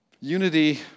Unity